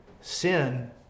Sin